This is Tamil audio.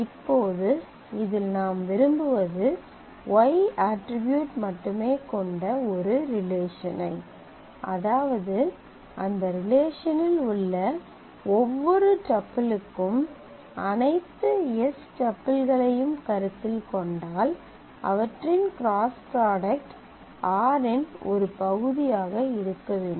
இப்போது இதில் நாம் விரும்புவது y அட்ரிபியூட் மட்டுமே கொண்ட ஒரு ரிலேஷன் ஐ அதாவது அந்த ரிலேஷனில் உள்ள ஒவ்வொரு டப்பிளுக்கும் அனைத்து s டப்பிள்களையும் கருத்தில் கொண்டால் அவற்றின் கிராஸ் ப்ராடக்ட் r இன் ஒரு பகுதியாக இருக்க வேண்டும்